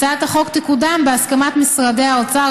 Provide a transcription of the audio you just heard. הצעת החוק תקודם בהסכמת משרדי האוצר,